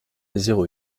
zéro